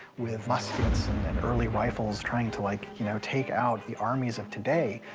with muskets and early rifles, trying to, like, you know, take out the armies of today.